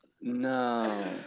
No